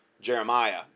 Jeremiah